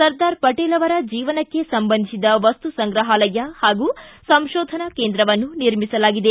ಸರ್ದಾರ್ ಪಟೇಲ್ ಅವರ ಜೀವನಕ್ಕೆ ಸಂಬಂಧಿಸಿದ ವಸ್ತು ಸಂಗ್ರಹಾಲಯ ಹಾಗೂ ಸಂಶೋಧನಾ ಕೇಂದ್ರವನ್ನು ನಿರ್ಮಿಸಲಾಗಿದೆ